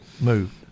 move